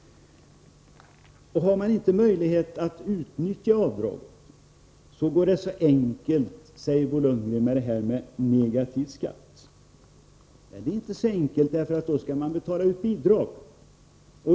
Har man inte möjlighet att utnyttja avdraget är det så enkelt med negativ skatt, säger Bo Lundgren. Men det är inte så enkelt, för då skall man betala ut bidrag.